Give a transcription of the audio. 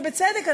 ובצדק,